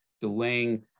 delaying